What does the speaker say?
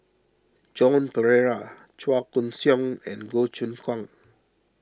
Joan Pereira Chua Koon Siong and Goh Choon Kang